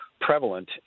prevalent